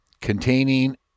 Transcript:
containing